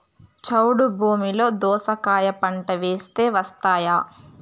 చౌడు భూమిలో దోస కాయ పంట వేస్తే వస్తాయా?